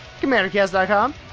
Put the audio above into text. CommanderCast.com